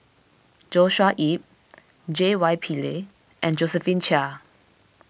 Joshua Ip J Y Pillay and Josephine Chia